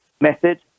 method